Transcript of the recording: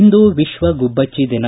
ಇಂದು ವಿಶ್ವ ಗುಬ್ಬಟ್ಟಿ ದಿನ